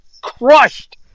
crushed